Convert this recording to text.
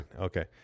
okay